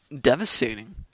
devastating